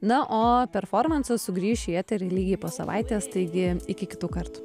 na o performansas sugrįš į eterį lygiai po savaitės taigi iki kitų kartų